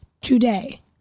today